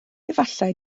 efallai